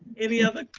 any other,